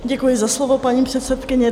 Děkuji za slovo, paní předsedkyně.